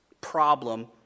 problem